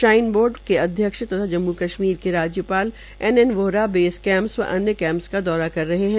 shrine board के अध्यक्ष तथा जम्मू कश्मीर के राज्यपाल N N Vohra base camp व अन्य कैंपस का दौरा कर रहे है